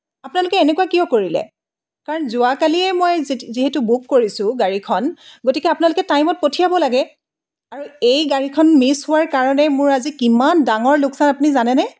আপোনালোকে এনেকুৱা কিয় কৰিলে কাৰণ যোৱা কালিয়েই মই যিতু যিহেতু বুক কৰিছোঁ গাড়ীখন গতিকে আপোনালোকে টাইমত পঠিয়াব লাগে আৰু এই গাড়ীখন মিছ হোৱাৰ কাৰণে মোৰ আজি কিমান ডাঙৰ লোকচান আপুনি জানেনে